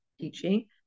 teaching